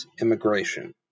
immigration